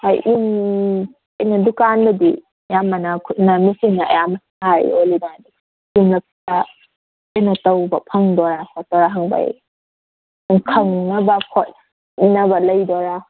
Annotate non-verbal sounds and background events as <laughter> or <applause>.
ꯍꯣꯏ ꯀꯩꯅꯣ ꯗꯨꯀꯥꯟꯗꯗꯤ ꯑꯌꯥꯝꯕꯅ ꯈꯨꯠꯅ ꯃꯦꯆꯤꯟꯅ ꯑꯌꯥꯝꯕꯅ ꯁꯥꯏꯌꯦ ꯃꯨꯒꯥꯗꯤ <unintelligible> ꯀꯩꯅꯣ ꯇꯧꯕ ꯐꯪꯗꯏꯔꯥ ꯈꯣꯠꯄ꯭ꯔꯥ ꯍꯪꯕꯩ ꯑꯗꯩ ꯈꯪꯅꯕ ꯈꯣꯠꯅꯕ ꯂꯩꯗꯣꯏꯔꯥ